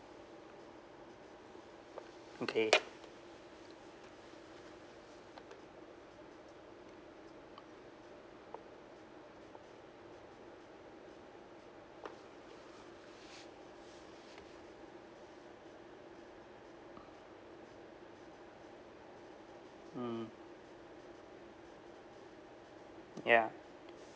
okay mm ya